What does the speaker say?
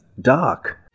dark